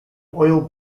oil